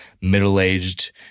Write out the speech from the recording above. middle-aged